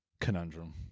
conundrum